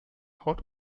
haut